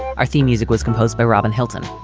our theme music was composed by robin hilton.